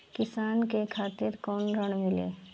किसान के खातिर कौन ऋण मिली?